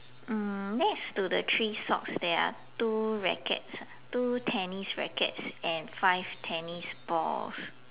mm next to the three socks there are two rackets ah two tennis rackets and five tennis balls